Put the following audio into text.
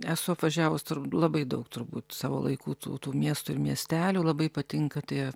esu apvažiavus labai daug turbūt savo laikų tų tų miestų ir miestelių labai patinka tie